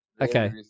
Okay